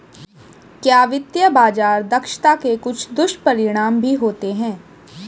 क्या वित्तीय बाजार दक्षता के कुछ दुष्परिणाम भी होते हैं?